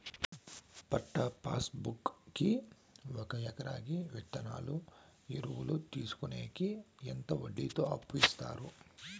పట్టా passbook కి ఒక ఎకరాకి విత్తనాలు, ఎరువులు తీసుకొనేకి ఎంత వడ్డీతో అప్పు ఇస్తారు?